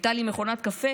הייתה לי מכונת קפה,